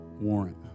warrant